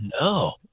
No